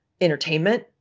entertainment